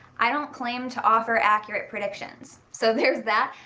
i don't claim to offer accurate predictions. so there's that.